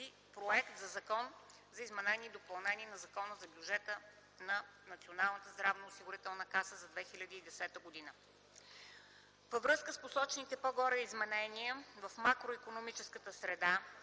Проект на закон за изменение и допълнение на Закона за бюджета на Националната здравноосигурителна каса за 2010 г. Във връзка с посочените по-горе изменения в макроикономическата среда